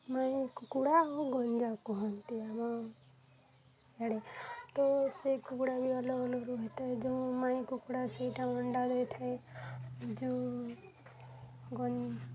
ମାଈ କୁକୁଡ଼ା ଆଉ ଗଞ୍ଜା କୁହନ୍ତି ଆମ ଆଡ଼େ ତ ସେଇ କୁକୁଡ଼ା ବି ଅଲଗା ଅଲଗାର ହୋଇଥାଏ ଯେଉଁ ମାଈ କୁକୁଡ଼ା ସେଇଟା ଅଣ୍ଡା ଦେଇଥାଏ ଯେଉଁ ଗଞ୍ଜା